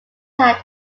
had